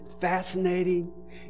fascinating